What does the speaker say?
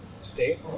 state